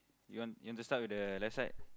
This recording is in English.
you want you want to start with the left side